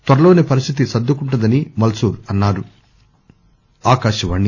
త్వరలోసే పరిస్థితి సర్దుకుంటుందని మల్పూర్ అన్సారు